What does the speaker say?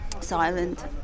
silent